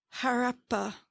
harappa